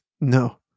No